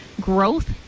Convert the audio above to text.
growth